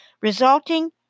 Resulting